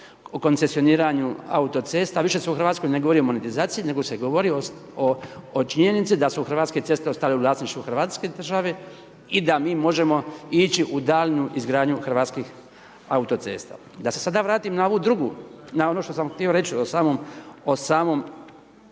o koncesioniranju autocesta, više se u Hrvatskoj ne govori o monetizaciji, nego se govori o činjenici da su hrvatske ceste ostale u vlasništvu hrvatske države i da mi možemo ići u daljnju izgradnju hrvatskih autocesta. Da se sada vratim na ono što sam htio reći o samoj